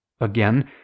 Again